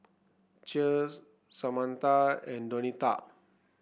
Cher Samantha and Donita